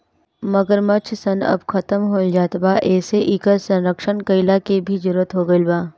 मगरमच्छ सन अब खतम होएल जात बा एसे इकर संरक्षण कईला के भी जरुरत हो गईल बा